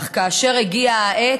אך כאשר הגיעה העת,